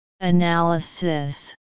Analysis